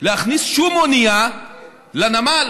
להכניס שום אונייה לנמל.